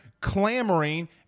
clamoring